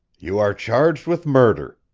you are charged with murder.